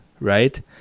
right